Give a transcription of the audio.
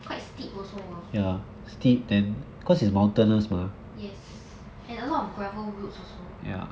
quite steep also hor yes and a lot of gravel roads also